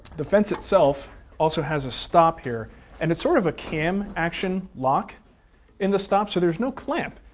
the fence itself also has a stop here and it's sort of a cam action lock in the stop, so there's no clamp.